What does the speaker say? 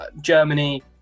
Germany